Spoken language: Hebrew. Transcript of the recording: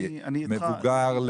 מבוגר,